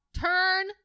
Turn